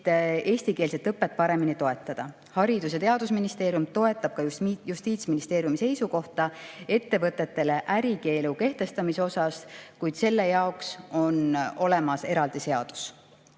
eestikeelset õpet paremini toetada. Haridus‑ ja Teadusministeerium toetab ka Justiitsministeeriumi seisukohta ettevõtetele ärikeelu kehtestamise kohta, kuid selle jaoks on olemas eraldi seadus.